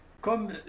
comme